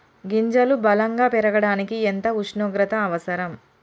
గింజలు బలం గా పెరగడానికి ఎంత ఉష్ణోగ్రత అవసరం?